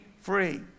free